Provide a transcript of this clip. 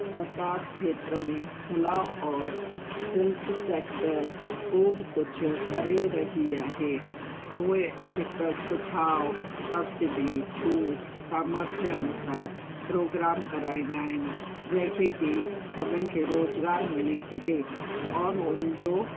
सरकारि खेत्र में खुला और सिल्क सेक्टर ख़ूबु कुझु करे रही आहे उहे अधिकतर सुझाव सब्सिडी छूट सामर्थ्य अनुसार प्रोग्राम कराईंदा आहिनि जंहिंखे कि सभिनी खे रोज़गार मिली सघे और हुनजो